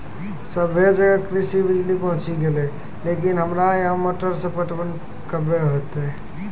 सबे जगह कृषि बिज़ली पहुंची गेलै लेकिन हमरा यहाँ मोटर से पटवन कबे होतय?